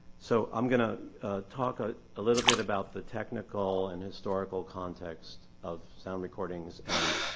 so, i'm going to talk a little bit about the technical and historical context of sound recordings and